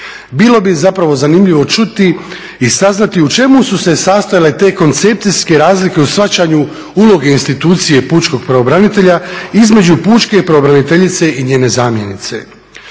Bilo bi zapravo zanimljivo čuti i saznati u čemu su se sastojale te koncepcijske razlike u shvaćanju uloge institucije pučkog pravobranitelja između pučke pravobraniteljice i njene zamjenice.